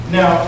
Now